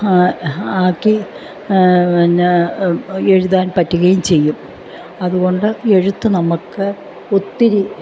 ആക്കി പിന്നെ എഴുതാൻ പറ്റുകയും ചെയ്യും അതുകൊണ്ട് എഴുത്ത് നമുക്ക് ഒത്തിരി